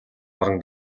орон